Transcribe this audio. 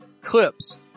Clips